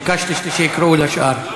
ביקשתי שיקראו לשאר.